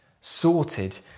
sorted